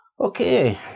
Okay